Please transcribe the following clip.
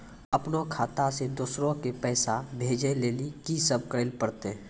अपनो खाता से दूसरा के पैसा भेजै लेली की सब करे परतै?